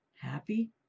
Happy